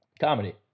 Comedy